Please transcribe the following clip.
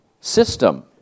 system